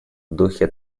духе